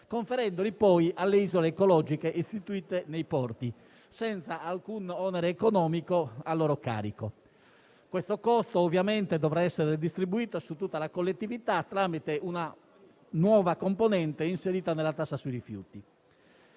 conferendoli poi alle isole ecologiche istituite nei porti, senza alcun onere economico a loro carico. Questo costo ovviamente dovrà essere distribuito su tutta la collettività tramite una nuova componente inserita nella tassa sui rifiuti.